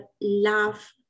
love